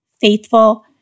faithful